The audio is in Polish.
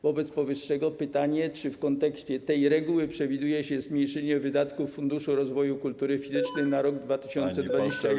Wobec powyższego pytanie: Czy w kontekście tej reguły przewiduje się zmniejszenie wydatków Funduszy Rozwoju Kultury Fizycznej na rok 2021?